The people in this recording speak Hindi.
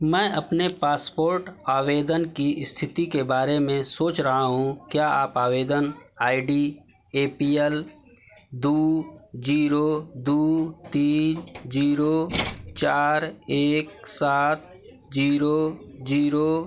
मैं अपने पासपोर्ट आवेदन की स्थिति के बारे में सोच रहा हूँ क्या आप आवेदन I D A P L दो ज़ीरो दो तीन ज़ीरो चार एक सात ज़ीरो ज़ीरो चार और मेरे पासपोर्ट नम्बर के अन्तिम चार अंकों तीन दो दो छह का उपयोग करके इसे देख सकते हैं